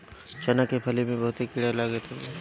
चना के फली में बहुते कीड़ा लागत हवे